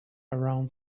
around